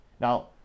Now